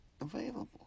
available